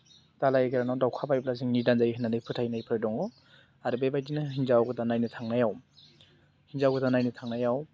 दालाय गोरानाव दाउखा बायोब्ला जों निदान जायो होननानै फोथायनायफोर दङ आरो बेबायदिनो हिन्जाव गोदान नायनो थांनायाव हिन्जाव गोदान नायनो थांनायाव